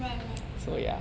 right right